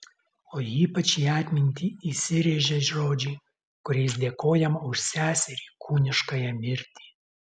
o ypač į atmintį įsirėžia žodžiai kuriais dėkojama už seserį kūniškąją mirtį